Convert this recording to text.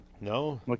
No